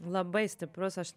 labai stiprus aš